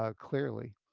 ah clearly.